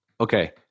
Okay